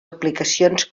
aplicacions